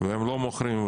והם לא מוכרים,